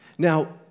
Now